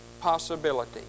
possibility